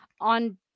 on